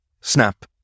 Snap